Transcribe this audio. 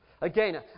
Again